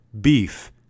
beef